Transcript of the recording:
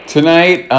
Tonight